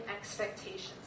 expectations